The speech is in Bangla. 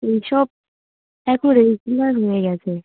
এই সব এখন হয়ে গিয়েছে